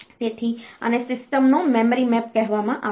તેથી આને સિસ્ટમનો મેમરી મેપ કહેવામાં આવે છે